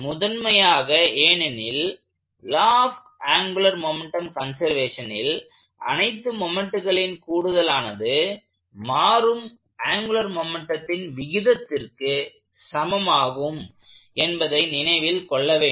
முதன்மையாக ஏனெனில் law of angular momentum கன்செர்வேஷனில் அனைத்து மொமெண்ட்களின் கூடுதலானது மாறும் ஆங்குலர் மொமெண்ட்டத்தின் விகிதத்திற்கு சமமாகும் என்பதை நினைவில் கொள்ள வேண்டும்